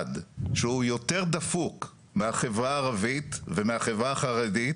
שהוא יותר דפוק מהחברה הערבית ומהחברה החרדית